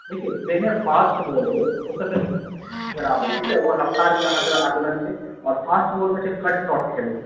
देखियौ जेहने fast ball एलै ओहिसॅं पहिने अथी कराबै छै ओकर रफ्तार के अहाँके आकलन छै और फ़ास्ट बॉल मे छै कट शोर्ट खेलू